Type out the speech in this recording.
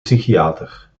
psychiater